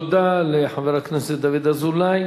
תודה לחבר הכנסת דוד אזולאי.